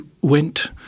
went